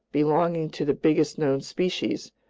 belonging to the biggest known species,